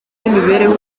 n’imibereho